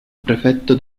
prefetto